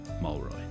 Mulroy